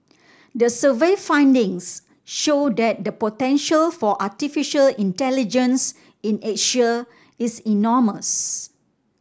the survey findings show that the potential for artificial intelligence in Asia is enormous